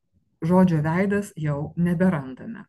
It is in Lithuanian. žodžio veidas jau neberandame